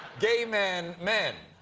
gay men, men.